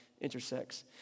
intersects